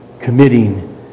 committing